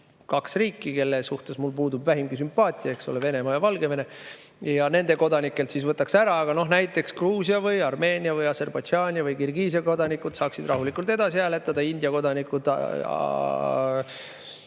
kaks riiki, kelle suhtes mul puudub vähimgi sümpaatia, Venemaa ja Valgevene. Nende kodanikelt nad siis võtaks ära, aga noh, näiteks Gruusia, Armeenia, Aserbaidžaani või Kirgiisia kodanikud saaksid rahulikult edasi hääletada. India kodanikud,